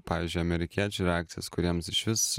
pavyzdžiui amerikiečių reakcijas kuriems išvis